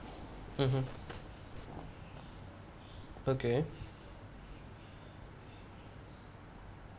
mmhmm okay